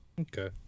Okay